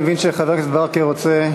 אני מבין שחבר הכנסת ברכה רוצה